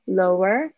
lower